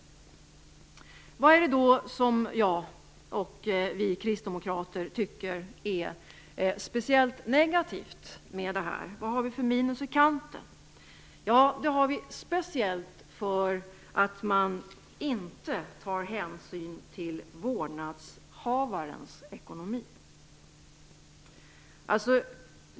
Vad är det då som jag och vi kristdemokrater tycker är negativt med det här? Vad har vi för minus i kanten? Jo, det har vi speciellt för att man inte tar hänsyn till vårdnadshavarens ekonomi.